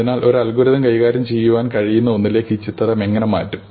അതിനാൽ ഒരു അൽഗോരിതം കൈകാര്യം ചെയ്യാൻ കഴിയുന്ന ഒന്നിലേക്ക് ഈ ചിത്രം എങ്ങനെ മറ്റും